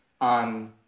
on